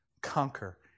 Conquer